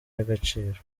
y’agaciro